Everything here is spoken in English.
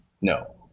no